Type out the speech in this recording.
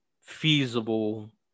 feasible